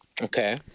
Okay